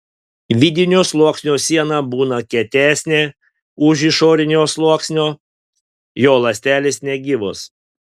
vidinio sluoksnio siena būna kietesnė už išorinio sluoksnio jo ląstelės negyvos